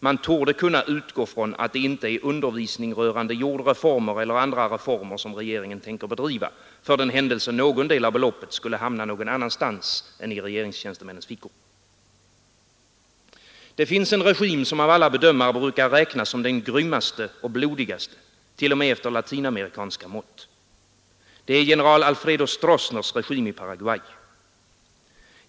Man torde kunna utgå från att det inte är undervisning rörande jordreformer eller andra reformer som regeringen tänker bedriva, för den händelse någon del av beloppet skulle hamna någon annanstans än i regeringstjänstemännens fickor. Det finns en regim, som av alla bedömare brukar räknas som den grymmaste och blodigaste t.o.m. efter latinamerikanska mått. Det är general Alfredo Stroessners regim i Paraguay.